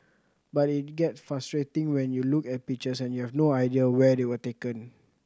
but it get frustrating when you look at pictures and you have no idea where they were taken